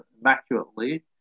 immaculately